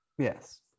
Yes